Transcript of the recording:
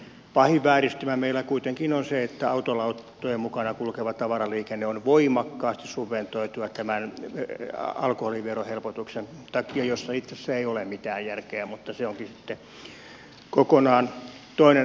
pahin vääristymä meillä kuitenkin on se että autolauttojen mukana kulkeva tavaraliikenne on voimakkaasti subventoitua tämän alkoholiverohelpotuksen takia jossa itse asiassa ei ole mitään järkeä mutta se onkin sitten kokonaan toinen asia